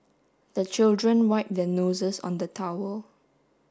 the children wipe their noses on the towel